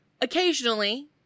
Occasionally